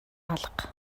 алга